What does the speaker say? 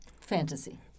Fantasy